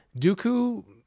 Dooku